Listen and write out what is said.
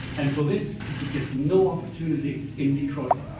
and for this he could get no opportunity in detroit.